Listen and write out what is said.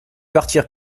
partir